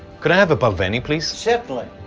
could i have a balvenie please? certainly.